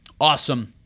Awesome